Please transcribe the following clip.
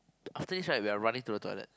after this right we are running to the toilet